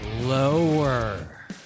lower